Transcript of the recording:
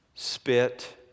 spit